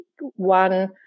one